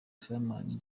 fireman